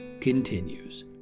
continues